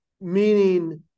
meaning